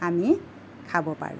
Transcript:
আমি খাব পাৰোঁ